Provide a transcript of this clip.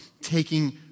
Taking